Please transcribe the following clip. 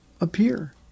appear